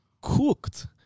cooked